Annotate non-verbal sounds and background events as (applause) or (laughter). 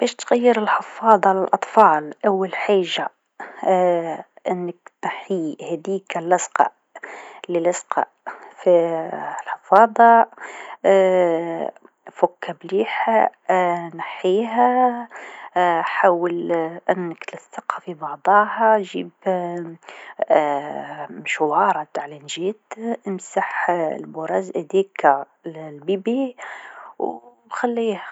باش تغير الحفاضة للأطفال، أول حاجه (hesitation) أنك تنحي هاذيك لصقة للاصقه في الحفاضه (hesitation) فوكها مليح (hesitation) نحيها (hesitation) حاول أنك تلصقها في بعضاها، جيب (hesitation) مشواره نتع المناديل القطنيه و مسح البراز أديك للبيبي و خليه.